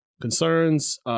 Concerns